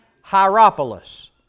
Hierapolis